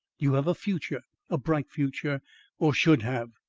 you have a future a bright future or should have.